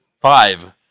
five